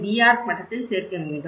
Arch மட்டத்தில் சேர்க்க வேண்டும்